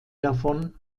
davon